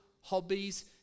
hobbies